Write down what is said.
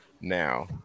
now